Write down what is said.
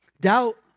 Doubt